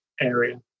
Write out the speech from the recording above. area